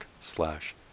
slash